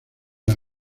las